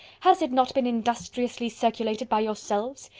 has it not been industriously circulated by yourselves?